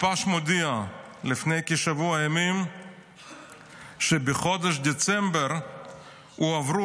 מתפ"ש מודיע לפני כשבוע ימים שבחודש דצמבר הועברו